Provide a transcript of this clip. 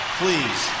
please